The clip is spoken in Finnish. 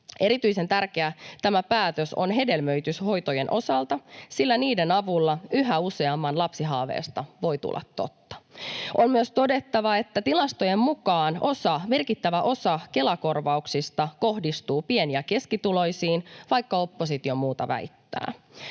Erityisen tärkeä tämä päätös on hedelmöityshoitojen osalta, sillä niiden avulla yhä useamman lapsihaaveesta voi tulla totta. On myös todettava, että tilastojen mukaan merkittävä osa Kela-korvauksista kohdistuu pieni- ja keskituloisiin, vaikka oppositio muuta väittää.